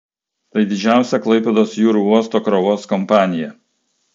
tai didžiausia klaipėdos jūrų uosto krovos kompanija